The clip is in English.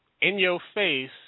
in-your-face